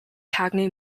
cagney